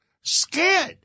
scared